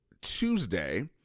Tuesday